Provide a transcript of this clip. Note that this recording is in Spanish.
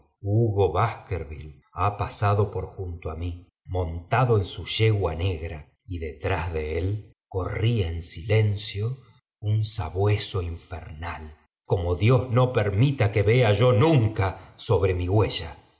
baskervilie ha pasado por junto á mí montando en bu yegua negra y detrás de él corría en siencio un sabueso infernal como x ios no permita que vea yo nunca sobre mi huella